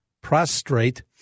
prostrate